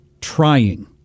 trying